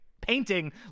painting